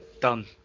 done